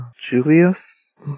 Julius